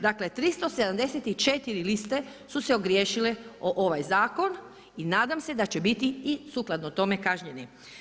Dakle, 374 liste su se ogriješile o ovaj zakon i nadam se da će biti i sukladno tome kažnjeni.